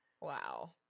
Wow